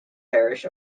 parish